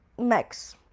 Max